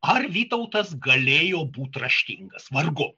ar vytautas galėjo būti raštingas vargu